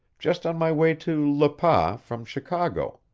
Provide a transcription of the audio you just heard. just on my way to le pas from chicago.